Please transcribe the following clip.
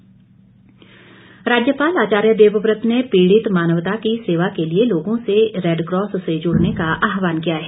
राज्यपाल राज्यपाल आचार्य देवव्रत ने पीड़ित मानवता की सेवा के लिए लोगों से रैडकॉस से जुड़ने का आहवान किया है